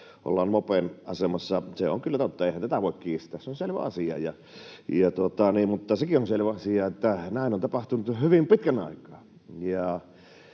ollaan mopen asemassa. Se on kyllä totta, eihän tätä voi kiistää, se on selvä asia, mutta sekin on selvä asia, että näin on tapahtunut jo hyvin pitkän aikaa.